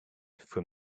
from